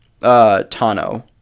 Tano